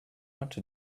want